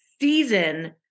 season